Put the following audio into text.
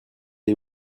est